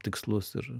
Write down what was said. tikslus ir